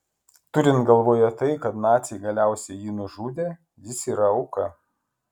turint galvoje tai kad naciai galiausiai jį nužudė jis yra auka